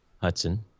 Hudson